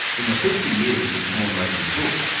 in the fifty years since horne wrote his book,